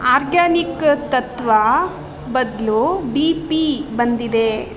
organic ತತ್ವ ಬದಲು D P ಬಂದಿದೆ